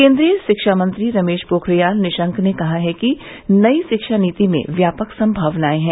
केंद्रीय शिक्षा मंत्री रमेश पोखरियाल निशंक ने कहा कि नई शिक्षा नीति में व्यापक संभावनाएं हैं